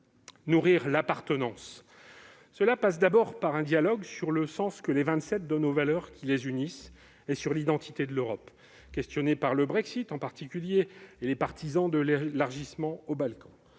nourrir l'appartenance. Cela passe non seulement par un dialogue sur le sens que les Vingt-Sept donnent aux valeurs qui les unissent et sur l'identité de l'Europe, questionnée par le Brexit et les partisans de l'élargissement aux Balkans,